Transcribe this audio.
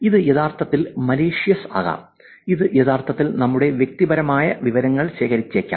ഇത് യഥാർത്ഥത്തിൽ മലീഷ്യസ് ആകാം ഇത് യഥാർത്ഥത്തിൽ നമ്മുടെ വ്യക്തിപരമായ വിവരങ്ങൾ ശേഖരിച്ചേക്കാം